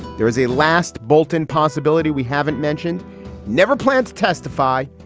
there was a last bolton possibility we haven't mentioned never plants testify.